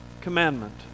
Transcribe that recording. commandment